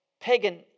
Pagan